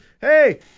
hey